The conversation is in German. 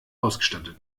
ausgestattet